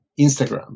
Instagram